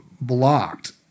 blocked